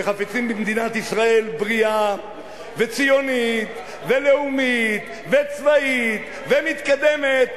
שחפצים במדינת ישראל בריאה וציונית ולאומית וצבאית ומתקדמת,